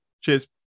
Cheers